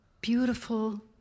beautiful